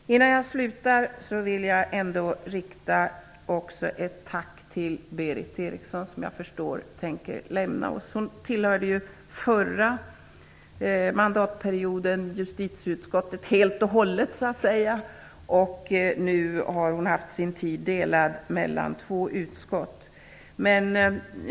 Innan jag slutar vill jag ändå rikta ett tack till Berith Eriksson som tänker lämna oss. Hon tillhörde under den förra mandatperioden justitieutskottet helt och hållet, och nu har hon haft sin tid delad mellan två utskott.